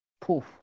poof